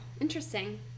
interesting